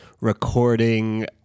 recording